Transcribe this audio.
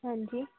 हाँ जी